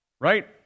right